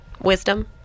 wisdom